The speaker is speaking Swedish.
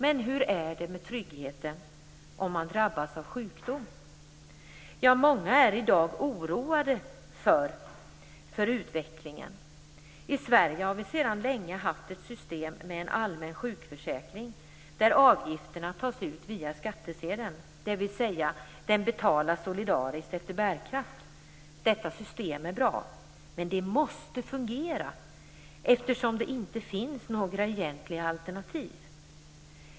Men hur är det med tryggheten om man drabbas av sjukdom? Ja, många är i dag oroade för utvecklingen. I Sverige har vi sedan länge haft ett system med en allmän sjukförsäkring där avgifterna tas ut via skattsedeln, dvs. de betalas solidariskt efter bärkraft. Detta system är bra, men det måste fungera, eftersom det inte finns några egentliga alternativ.